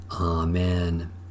Amen